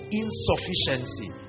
insufficiency